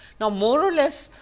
now more or less,